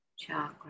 chakra